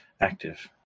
Active